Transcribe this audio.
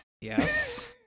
yes